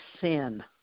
sin